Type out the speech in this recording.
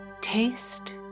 taste